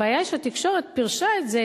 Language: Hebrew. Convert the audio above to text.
הבעיה שהתקשורת פירשה את זה,